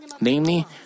Namely